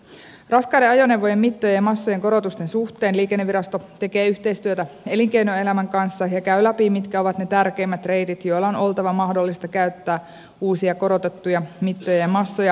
raskaiden ajoneuvojen mittojen ja massojen korotusten suhteen liikennevirasto tekee yhteistyötä elinkeinoelämän kanssa ja käy läpi mitkä ovat ne tärkeimmät reitit joilla on oltava mahdollista käyttää uusia korotettuja mittoja ja massoja